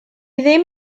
ddim